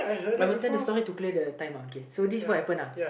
I will tell the story the clear the time okay so this is what happen lah